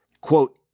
Quote